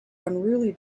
unruly